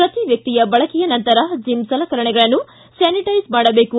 ಪ್ರತಿ ವ್ಯಕ್ತಿಯ ಬಳಕೆಯ ನಂತರ ಜಿಮ್ ಸಲಕರಣೆಗಳನ್ನು ಸ್ಥಾನಿಟೈಸ್ ಮಾಡಬೇಕು